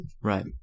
right